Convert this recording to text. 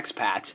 expats